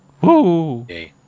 Woo